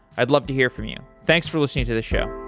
i'd love to hear from you. thanks for listening to the show.